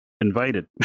invited